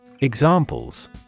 Examples